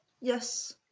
Yes